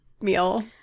meal